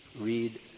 Read